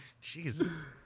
Jesus